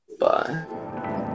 bye